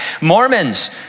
Mormons